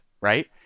right